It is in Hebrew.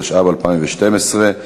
התשע"ב 2012,